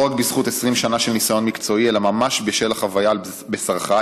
ולא רק בזכות 20 שנה של ניסיון מקצועי אלא ממש בשל החוויה על בשרך,